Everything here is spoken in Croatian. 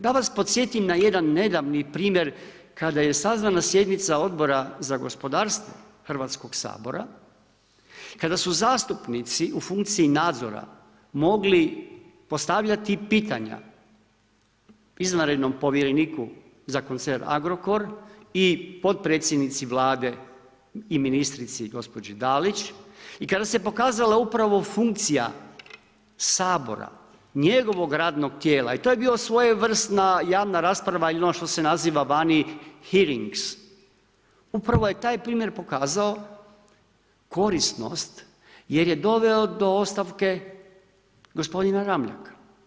Da vas podsjetim na jedan nedavni primjer kada je sazvana sjednica Odbora za gospodarstvo Hrvatskog sabora, kada su zastupnici u funkciji nadzora mogli postavljati pitanja izvanrednog povjereniku za koncern Agrokor i potpredsjednici Vlade i ministrici gospođi Dalić i kada se pokazalo upravo funkcija Sabora, njegovog radnog tijela i to je bio svojevrsna javna rasprava ili ono što se naziva vani hearings, upravo je taj primjer pokazao korisnost jer je doveo do ostavke gospodina Ramljaka.